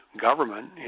government